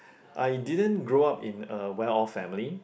I didn't grow up in a well off family